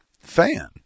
fan